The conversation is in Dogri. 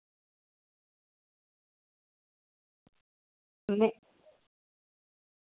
ना